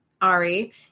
Ari